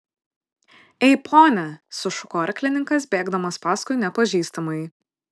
ei pone sušuko arklininkas bėgdamas paskui nepažįstamąjį